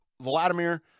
Vladimir